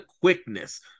quickness